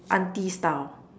auntie style